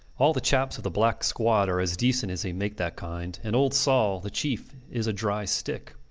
all the chaps of the black-squad are as decent as they make that kind, and old sol, the chief, is a dry stick.